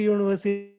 University